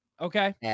Okay